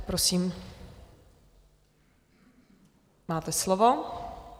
Prosím, máte slovo.